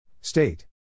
State